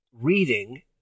reading